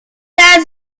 has